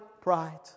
pride